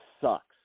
sucks